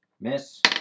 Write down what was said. Miss